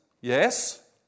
yes